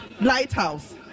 Lighthouse